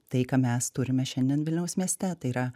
tai ką mes turime šiandien vilniaus mieste tai yra